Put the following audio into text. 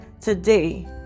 today